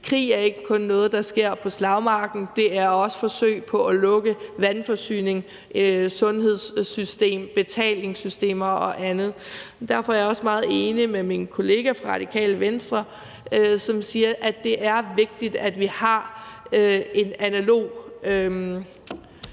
Krig er ikke kun noget, der sker på slagmarken; det er også forsøg på at lukke vandforsyningen, sundhedssystemet, betalingssystemer og andet. Derfor er jeg også meget enig med min kollega fra Radikale Venstre, som siger, at det er vigtigt, at vi har en analog